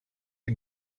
the